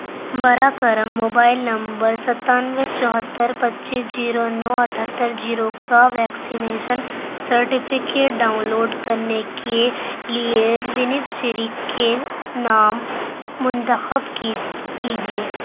برا کرم mobile number ستانوے چوہتر پچیس جیرو نو اٹھہتر جیرو کا ویکسینیشن سرٹیفکیٹ ڈاؤن لوڈ کرنے کے لیے بینیفیشیری کے نام منتخب کیجیے